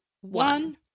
one